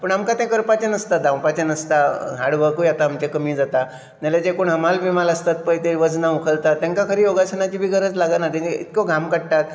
पूण आमकां ते करपाचे नासता धांवपाचे नासता हार्डवर्कूय आता कमी जाता जाल्या जे हमाल बीमाल आसतात पळय ते वजनां बी उखलतात तांकां खरी योगासनांची बी गरज लागना ते इतलो घाम काडटात